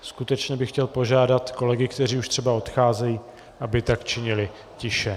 Skutečně bych chtěl požádat kolegy, kteří už třeba odcházejí, aby tak činili tiše.